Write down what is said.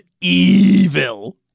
evil